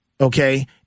okay